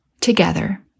together